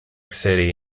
city